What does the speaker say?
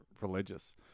religious